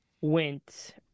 went